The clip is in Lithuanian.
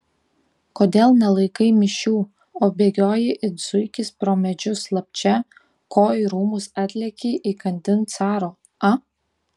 kodėl nelaikai mišių o bėgioji it zuikis pro medžius slapčia ko į rūmus atlėkei įkandin caro a